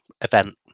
event